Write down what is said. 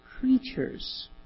creatures